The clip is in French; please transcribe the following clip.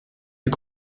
fut